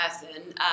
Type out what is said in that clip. person